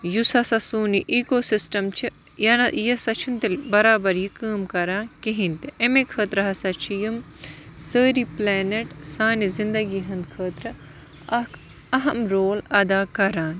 یُس ہَسا سون یہِ ایٖکو سِسٹَم چھِ یہِ نا یہِ ہَسا چھُنہٕ تیٚلہِ بَرابر یہِ کٲم کَران کِہنٛیٖۍ تہِ اَمے خٲطرٕ ہسا چھِ یِم سٲری پُلیینٮ۪ٹ سانہِ زِنٛدگی ہٕنٛدۍ خٲطرٕ اَکھ اَہم رول اَدا کَران